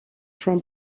from